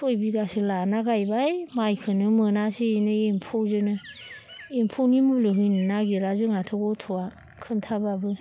सय बिगासो लाना गायबाय माइखोनो मोनासै ओरैनो एम्फौजोनो एम्फौनि मुलि होनो नागिरा जोंहाथ' गथ'आ खोनथाब्लाबो